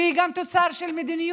שהיא גם תוצר של מדיניות,